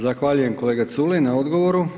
Zahvaljujem kolega Culej na odgovoru.